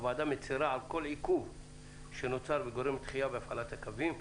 הוועדה מצירה על כל עיכוב שנוצר וגורם דחייה בהפעלת הקווים.